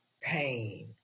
pain